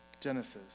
Genesis